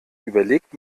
überlegt